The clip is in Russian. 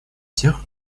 тех